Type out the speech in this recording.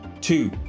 Two